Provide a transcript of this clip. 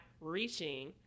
reaching